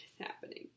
happening